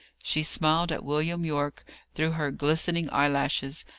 she smiled at william yorke through her glistening eye-lashes,